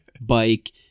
bike